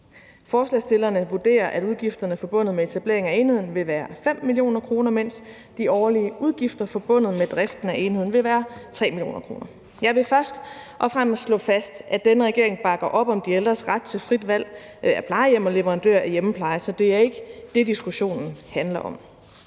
Forslagsstillerne vurderer, at udgifterne forbundet med etablering af enheden vil være 5 mio. kr., mens de årlige udgifter forbundet med driften af enheden vil være 3 mio. kr. Jeg vil først og fremmest slå fast, at denne regering bakker op om de ældres ret til frit valg af plejehjem og leverandør af hjemmepleje, så det er ikke det, diskussionen handler om.